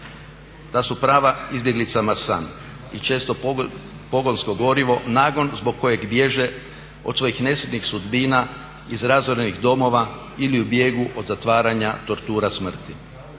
Ta su prava izbjeglicama san i često pogonsko gorivo, nagon zbog kojeg bježe od svojih nesretnih sudbina iz razorenih domova ili u bijegu od zatvaranja tortura smrti.